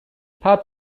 part